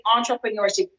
entrepreneurship